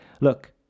look